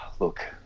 look